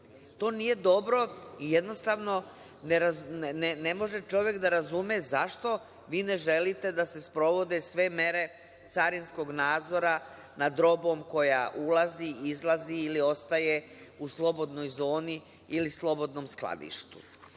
To nije dobro i jednostavno ne može čovek da razume zašto vi ne želite da se sprovode sve mere carinskog nadzora nad robom koja ulazi, izlazi ili ostaje u slobodnoj zoni ili slobodnom skladištu. Naravno,